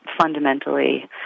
fundamentally